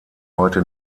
heute